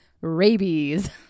Rabies